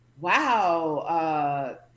Wow